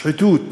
שחיתות